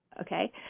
okay